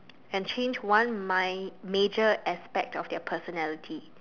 and change one mine major aspects of their personality